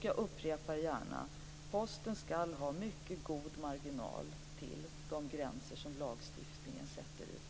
Jag upprepar också detta gärna: Posten skall ha mycket god marginal till de gränser som lagstiftningen sätter ut.